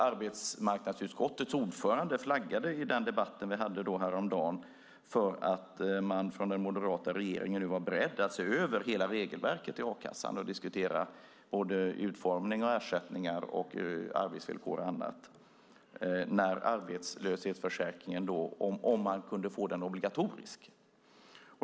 Arbetsmarknadsutskottets ordförande flaggade i den debatt vi hade häromdagen för att man från den moderata regeringen nu var beredd att se över hela regelverket i a-kassan och diskutera utformning, ersättningar, arbetsvillkor och annat, om man kunde få arbetslöshetsförsäkringen obligatorisk.